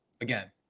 again